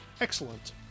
Excellent